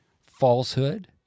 falsehood